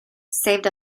saved